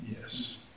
Yes